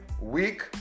week